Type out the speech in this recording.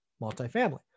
multifamily